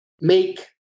make